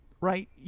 right